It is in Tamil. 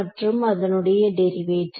மற்றும் அதனுடைய டெரிவேட்டிவ்